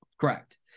correct